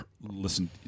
listen